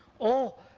or